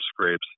scrapes